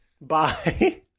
Bye